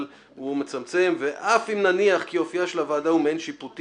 אבל הוא מצמצם 'ואף אם נניח כי אופייה של הוועדה הוא מעין שיפוטי,